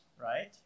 right